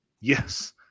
Yes